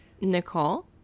Nicole